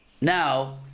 Now